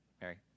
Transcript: Mary